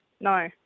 No